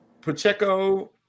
Pacheco